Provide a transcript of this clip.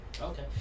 Okay